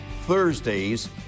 Thursdays